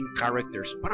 characters